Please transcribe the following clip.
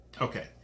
okay